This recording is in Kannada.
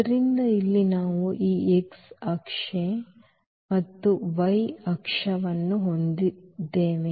ಆದ್ದರಿಂದ ಇಲ್ಲಿ ನಾವು ಈ x ಅಕ್ಷ ಮತ್ತು y ಅಕ್ಷವನ್ನು ಹೊಂದಿದ್ದೇವೆ